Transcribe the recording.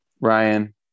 Ryan